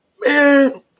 Man